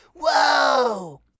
Whoa